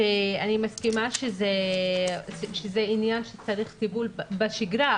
אני מסכימה שזה עניין שצריך טיפול בשגרה,